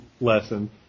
lesson